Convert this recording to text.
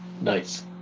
Nice